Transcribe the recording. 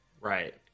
Right